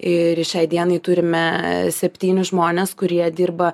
ir šiai dienai turime septynis žmones kurie dirba